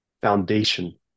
foundation